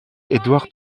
edouard